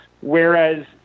Whereas